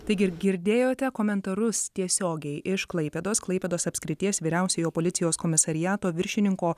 taigi ir girdėjote komentarus tiesiogiai iš klaipėdos klaipėdos apskrities vyriausiojo policijos komisariato viršininko